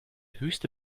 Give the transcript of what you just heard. höchste